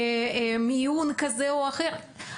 מיון כזה או אחר.